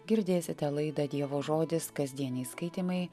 girdėsite laidą dievo žodis kasdieniai skaitymai